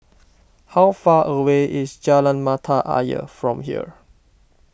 how far away is Jalan Mata Ayer from here